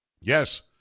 Yes